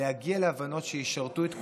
להגיע להבנות שישרתו את כולם,